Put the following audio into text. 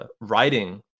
writing